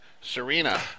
Serena